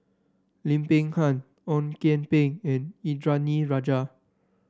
Lim Peng Han Ong Kian Peng and Indranee Rajah